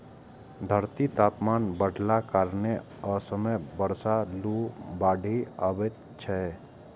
धरतीक तापमान बढ़लाक कारणें असमय बर्षा, लू, बाढ़ि अबैत छैक